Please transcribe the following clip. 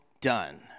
done